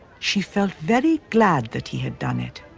she felt very glad that he had done it,